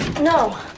No